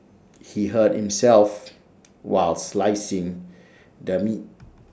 he hurt himself while slicing the meat